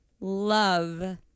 love